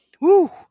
Woo